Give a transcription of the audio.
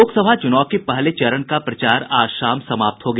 लोकसभा चुनाव के पहले चरण का प्रचार आज शाम समाप्त हो गया